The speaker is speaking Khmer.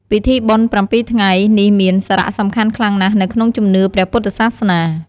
ពិធីបុណ្យប្រាំពីរថ្ងៃ នេះមានសារៈសំខាន់ខ្លាំងណាស់នៅក្នុងជំនឿព្រះពុទ្ធសាសនា។